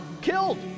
killed